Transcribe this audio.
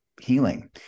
healing